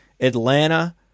Atlanta